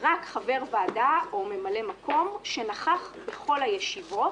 רק חבר הוועדה או ממלא מקום, שנכח בכל הישיבות